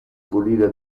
pulire